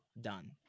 done